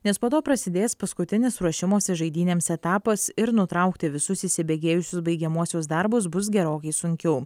nes po to prasidės paskutinis ruošimosi žaidynėms etapas ir nutraukti visus įsibėgėjusius baigiamuosius darbus bus gerokai sunkiau